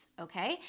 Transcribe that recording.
okay